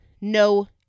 no